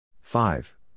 Five